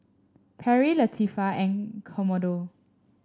Perri Latifah and Commodore